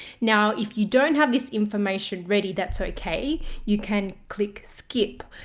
now if you don't have this information ready that's okay. you can click skip,